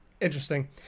interesting